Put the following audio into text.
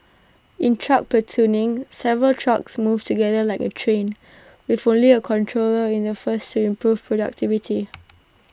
in truck platooning several trucks move together like A train with only A controller in the first to improve productivity